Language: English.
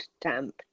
damp